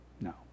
No